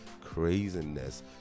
craziness